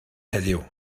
heddiw